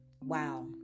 Wow